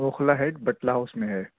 Okhla head Batla house میں ہے